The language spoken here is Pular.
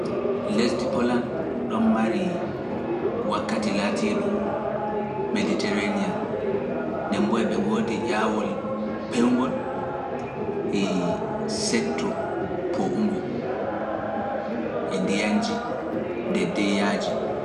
Lesdi Polan ɗon mari wakkati laatii ɗum Meditereniyan nde mboyo ɓe ngoodi ƴawol pewngol e setto poowngo e ndiyanji nde deyyaaji.